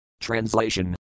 Translation